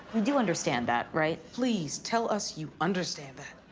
you do understand that, right? please, tell us you understand that.